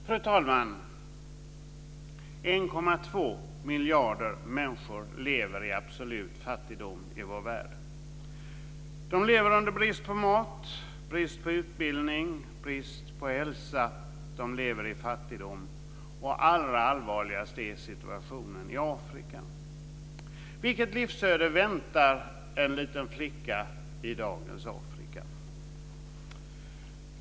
Fru talman! 1,2 miljarder människor lever i absolut fattigdom i vår värld. De lever under brist på mat, brist på utbildning, brist på hälsa, och de lever i fattigdom. Och allra allvarligast är situationen i Afrika. Vilket livsöde väntar en liten flicka i dagens Afrika?